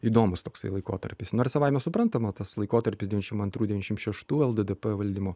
įdomus toksai laikotarpis na ir savaime suprantama tas laikotarpis devyniasdešim antrų devyniasdešim šeštų lddp valdymo